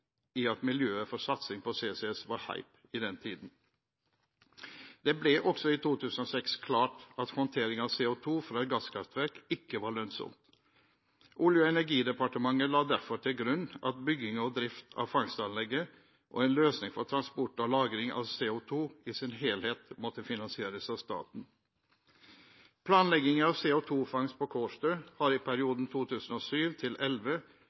i at miljøet for satsing på CCS var «hype» i den tiden. Det ble også i 2006 klart at håndtering av CO2 fra et gasskraftverk ikke var lønnsomt. Olje- og energidepartementet la derfor til grunn at bygging og drift av fangstanlegget og en løsning for transport og lagring av CO2 i sin helhet måtte finansieres av staten. Planleggingen av CO2-fangst på Kårstø har i